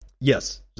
Yes